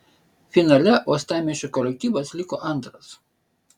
finale uostamiesčio kolektyvas liko antras